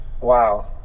Wow